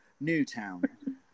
Newtown